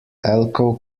elko